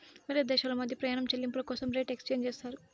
వేరే దేశాల మధ్య ప్రయాణం చెల్లింపుల కోసం రేట్ ఎక్స్చేంజ్ చేస్తారు